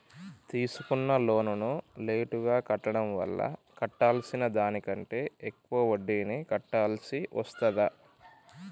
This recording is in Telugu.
తీసుకున్న లోనును లేటుగా కట్టడం వల్ల కట్టాల్సిన దానికంటే ఎక్కువ వడ్డీని కట్టాల్సి వస్తదా?